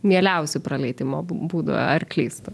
mieliausių praleidimo būdų ar klystu